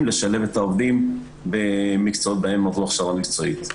לשלב את העובדים במקצועות בהם הכשרו הכשרה מקצועית.